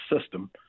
system